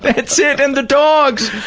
but that's it. and the dogs.